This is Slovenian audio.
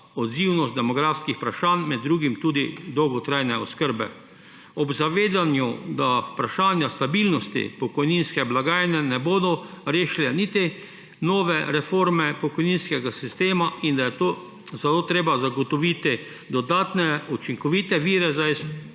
odzivnost demografskih vprašanj, med drugim tudi dolgotrajne oskrbe, ob zavedanju, da vprašanja stabilnosti pokojninske blagajne ne bodo rešile niti nove reforme pokojninskega sistema in da je zato treba zagotoviti dodatne učinkovite vire za